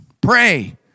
pray